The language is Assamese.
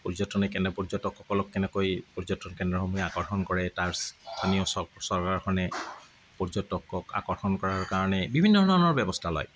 পৰ্যটনে পৰ্যটকসকলক কেনেকৈ পৰ্যটন কেন্দ্ৰসমূহে আকৰ্ষণ কৰে তাৰ স্থানীয় চৰকাৰখনে পৰ্যটকক আকৰ্ষণ কৰাৰ কাৰণে বিভিন্ন ধৰণৰ ব্যৱস্থা লয়